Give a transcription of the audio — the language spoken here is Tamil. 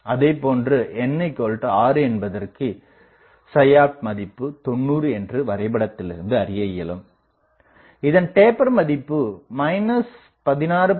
அதேபோன்று n6 என்பதற்கு opt மதிப்பு 90 என்று வரைபடத்திலிருந்து அறியஇயலும் இதன் டேப்பர் மதிப்பு 16